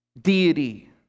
deity